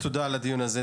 תודה על הדיון הזה,